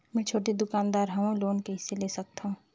मे छोटे दुकानदार हवं लोन कइसे ले सकथव?